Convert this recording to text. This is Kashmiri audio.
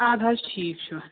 اَدٕ حظ ٹھیٖک چھُ